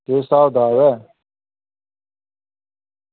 केह् स्हाब कताब ऐ